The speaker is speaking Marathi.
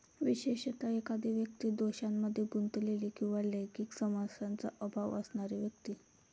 विशेषतः, एखादी व्यक्ती दोषांमध्ये गुंतलेली किंवा लैंगिक संयमाचा अभाव असणारी व्यक्ती